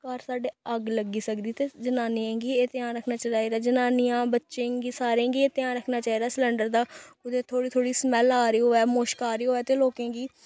घर साड्डे अग्ग लग्गी सकदी ते जनानियें गी एह् ध्यान रक्खना चाहिदा जनानियां बच्चें गी सारें गी एह् ध्यान रक्खना चाहिदा सलैंडर दा कुतै थोड़ी थोड़ी स्मैल आ'रदी होऐ मुश्क आ'रदी होऐ ते लोकें गी